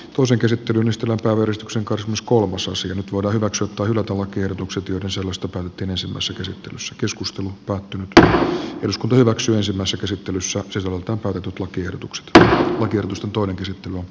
osa käsittelylistalla kouristuksen kosmos kolmososien vuodon katsotuimmat ovat ehdotukset joiden sisällöstä päätettiin ensimmäisessä käsittelyssä sello vapautetut lakiehdotukset kynnystä todeksi tullut